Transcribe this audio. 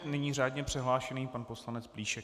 Nyní řádně přihlášený pan poslanec Plíšek.